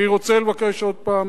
אני רוצה לבקש עוד פעם